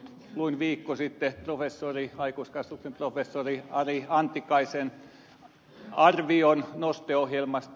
luin viikko sitten aikuiskasvatuksen professori ari antikaisen arvion noste ohjelmasta